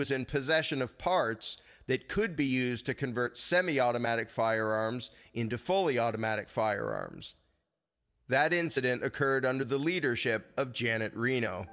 was in possession of parts that could be used to convert semiautomatic firearms into fully automatic firearms that incident occurred under the leadership of janet reno